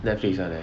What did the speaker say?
Netflix one leh